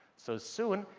so, soon,